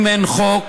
אם אין חוק,